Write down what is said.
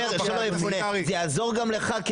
אמרת: זה יעזור גם לך.